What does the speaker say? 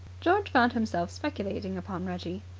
george found himself speculating upon reggie.